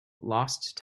lost